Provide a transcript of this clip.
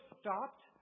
stopped